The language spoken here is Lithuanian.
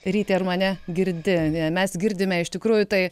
ryti ar mane girdi mes girdime iš tikrųjų tai